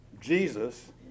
Jesus